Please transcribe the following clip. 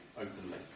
openly